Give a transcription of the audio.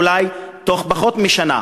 אולי תוך פחות משנה.